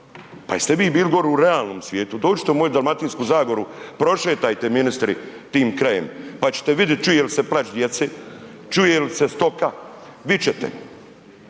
pa jeste vi bili gori u realnom svijetu, dođite u moju Dalmatinsku zagoru, prošetajte ministri tim krajem pa ćete vidit čuje li se plač djece, čuje li se stoka, vidit ćete.